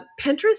Pinterest